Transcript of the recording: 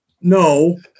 no